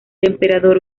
emperador